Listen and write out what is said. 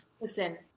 Listen